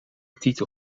titel